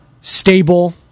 stable